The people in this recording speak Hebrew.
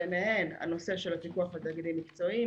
ביניהן הנושא של הפיקוח על תאגידים מקצועיים,